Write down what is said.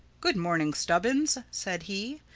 good morning, stubbins, said he.